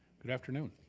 good afternoon.